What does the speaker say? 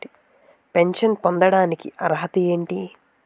Pension పొందడానికి అర్హత ఏంటి?